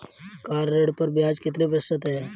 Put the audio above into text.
Car ऋण पर ब्याज कितने प्रतिशत है?